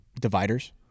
dividers